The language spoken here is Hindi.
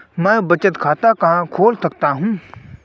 मैं बचत खाता कहाँ खोल सकता हूँ?